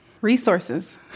Resources